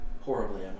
Horribly